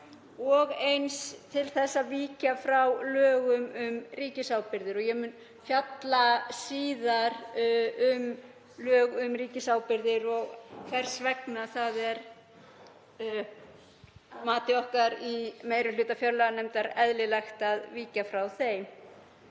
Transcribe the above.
og til þess að víkja frá lögum um ríkisábyrgðir, nr. 121/1997. Ég mun fjalla síðar um lög um ríkisábyrgðir og hvers vegna það er að mati okkar í meiri hluta fjárlaganefndar eðlilegt að víkja frá þeim.